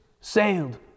sailed